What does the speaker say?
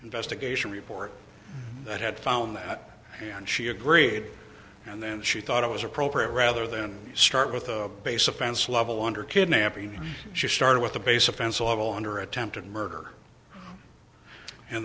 investigation report that had found that and she agreed and then she thought it was appropriate rather than start with a base offense level under kidnapping she started with a base offense a level under attempted murder and